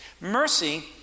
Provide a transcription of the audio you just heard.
Mercy